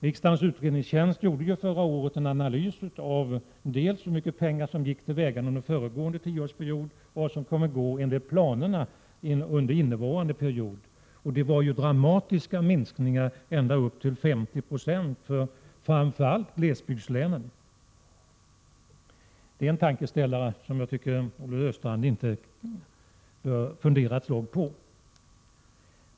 Rikdagens utredningstjänst gjorde förra året en analys av dels hur mycket pengar som gick till vägarna under föregående tioårsperiod, dels vad som enligt planerna skall ges ut under innevarande period, och det var dramatiska minskningar, ända upp till 50 26, framför allt i glesbygdslänen. Det är en tankeställare som Olle Östrand kanske bör fundera ett slag på.